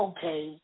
Okay